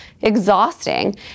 exhausting